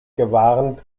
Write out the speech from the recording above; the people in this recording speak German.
gewarnt